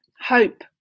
Hope